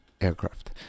aircraft